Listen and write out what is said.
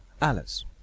Alice